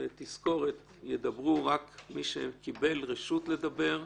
ותזכורת, ידברו רק מי שקיבלו רשות לדבר.